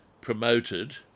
promoted